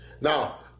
Now